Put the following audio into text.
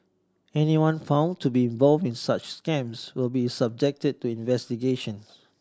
anyone found to be involved in such scams will be subjected to investigations